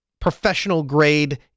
professional-grade